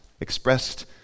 expressed